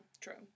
True